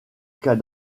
cas